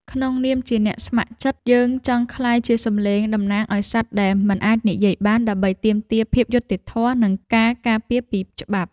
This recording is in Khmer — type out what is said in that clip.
ក្នុងនាមជាអ្នកស្ម័គ្រចិត្ត យើងចង់ក្លាយជាសំឡេងតំណាងឱ្យសត្វដែលមិនអាចនិយាយបាន ដើម្បីទាមទារភាពយុត្តិធម៌ និងការការពារពីច្បាប់។